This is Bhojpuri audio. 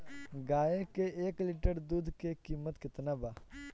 गाए के एक लीटर दूध के कीमत केतना बा?